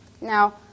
Now